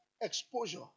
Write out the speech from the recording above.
Exposure